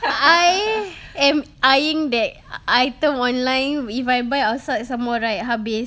I am eyeing that item online if I buy outside some more right habis